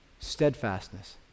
Steadfastness